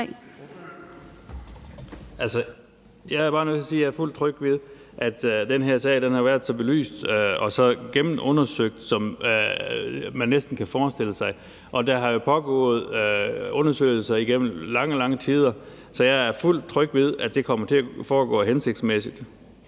ud er tryg ved, at den her sag har været så godt belyst og så gennemundersøgt, som man næsten kan forestille sig. Der har jo pågået undersøgelser igennem lange, lange tider, så jeg er fuldt ud tryg ved, at det kommer til at foregå hensigtsmæssigt.